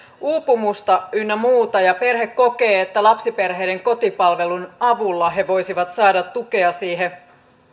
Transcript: uupumusta ynnä muuta ja perhe kokee että lapsiperheiden kotipalvelun avulla he voisivat saada tukea siihen